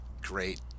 great